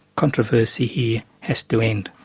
controversy here has to end.